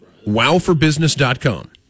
WowForBusiness.com